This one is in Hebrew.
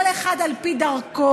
כל אחד על פי דרכו,